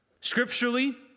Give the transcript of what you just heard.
scripturally